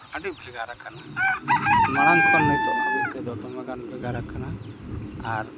ᱟᱹᱰᱤ ᱵᱷᱮᱜᱟᱨᱟᱠᱟᱱᱟ ᱱᱚᱜ ᱚᱭᱠᱚ ᱱᱤᱛᱚᱜ ᱦᱟᱹᱵᱤᱡ ᱛᱮᱫᱚ ᱫᱚᱢᱮᱜᱟᱱ ᱵᱷᱮᱜᱟᱨᱟᱠᱟᱱᱟ ᱟᱨ